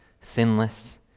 sinless